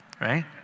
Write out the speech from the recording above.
right